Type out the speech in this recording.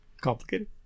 complicated